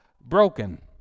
broken